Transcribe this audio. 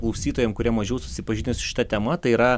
klausytojam kurie mažiau susipažinę su šita tema tai yra